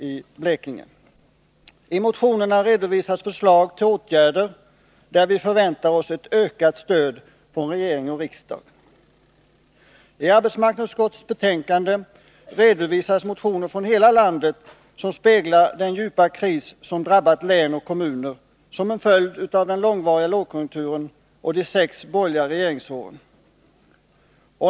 I motionerna redovisas förslag till åtgärder, där vi förväntar oss ett ökat stöd från regering och riksdag. I arbetsmarknadsutskottets betänkande redovisas motioner från hela landet som speglar den djupa kris som drabbat län och kommuner, som en följd av den långvariga lågkonjunkturen och de sex borgerliga regeringsåren.